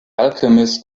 alchemist